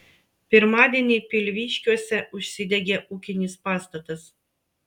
pirmadienį pilviškiuose užsidegė ūkinis pastatas